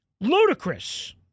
Ludicrous